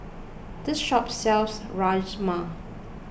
this shop sells Rajma